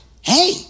Hey